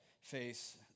face